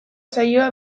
saioa